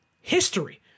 History